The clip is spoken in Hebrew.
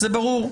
זה ברור.